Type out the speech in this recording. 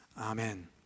Amen